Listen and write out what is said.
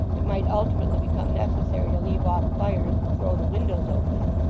it might ultimately become necessary to leave off fires and throw the windows open,